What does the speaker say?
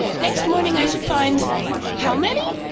next morning i should find how many?